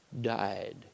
died